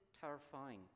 terrifying